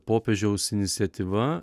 popiežiaus iniciatyva